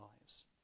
lives